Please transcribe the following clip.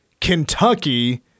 Kentucky